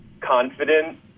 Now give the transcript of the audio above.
confident